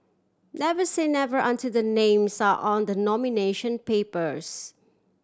never say never until the names are on the nomination papers